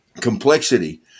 complexity